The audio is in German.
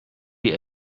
die